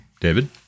David